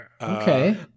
Okay